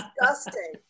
disgusting